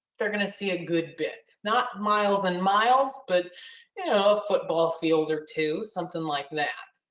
they're going to see a good bit, not miles and miles, but you know, football fields or two, something like that.